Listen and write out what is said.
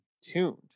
tuned